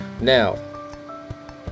Now